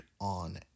on